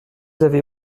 avez